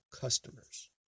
customers